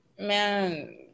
man